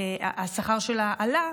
השכר שלה עלה,